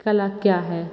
कला क्या है